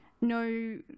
no